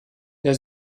der